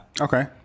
Okay